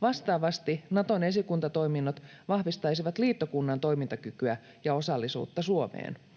Vastaavasti Naton esikuntatoiminnot vahvistaisivat liittokunnan toimintakykyä ja osallisuutta Suomeen.